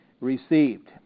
received